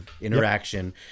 interaction